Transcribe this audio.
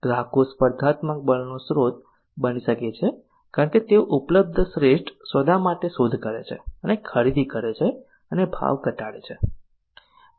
ગ્રાહકો સ્પર્ધાત્મક બળનો સ્ત્રોત બની શકે છે કારણ કે તેઓ ઉપલબ્ધ શ્રેષ્ઠ સોદા માટે શોધ કરે છે અને ખરીદી કરે છે અને ભાવ ઘટાડે છે